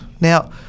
Now